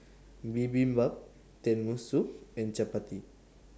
Bibimbap Tenmusu and Chapati